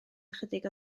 ychydig